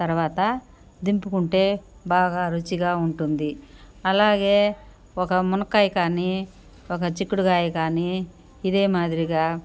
తర్వాత దింపుకుంటే బాగా రుచిగా ఉంటుంది అలాగే ఒక మునక్కాయ కానీ ఒక చిక్కుడుగాయ కానీ ఇదే మాదిరిగా